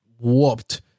whooped